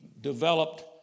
developed